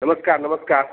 नमस्कार नमस्कार